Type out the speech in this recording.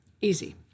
easy